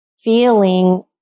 feeling